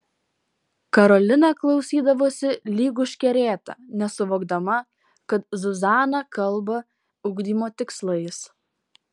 karolina klausydavosi lyg užkerėta nesuvokdama kad zuzana kalba ugdymo tikslais